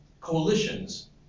coalitions